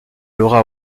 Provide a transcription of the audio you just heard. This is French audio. laura